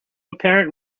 apparent